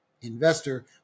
investor